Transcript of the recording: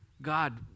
God